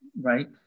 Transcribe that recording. right